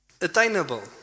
Attainable